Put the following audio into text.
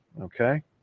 Okay